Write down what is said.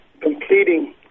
completing